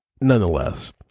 nonetheless